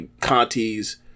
Conti's